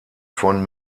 von